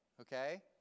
okay